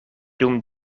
dum